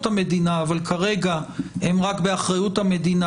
המדינה אבל כרגע הם רק באחריות המדינה,